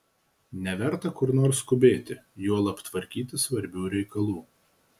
neverta kur nors skubėti juolab tvarkyti svarbių reikalų